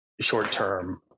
short-term